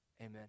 Amen